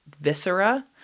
viscera